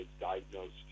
diagnosed